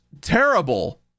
terrible